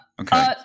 Okay